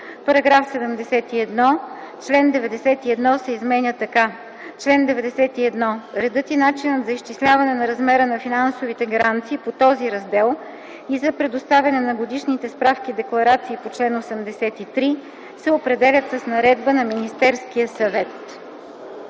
§ 71. Член 91 се изменя така: „Чл. 91. Редът и начинът за изчисляване на размера на финансовите гаранции по този раздел и за предоставяне на годишните справки-декларации по чл. 83 се определят с наредба на Министерския съвет.”